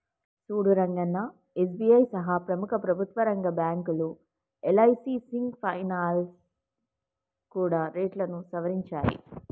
సూడు రంగన్నా ఎస్.బి.ఐ సహా ప్రముఖ ప్రభుత్వ రంగ బ్యాంకులు యల్.ఐ.సి సింగ్ ఫైనాల్స్ కూడా రేట్లను సవరించాయి